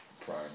prime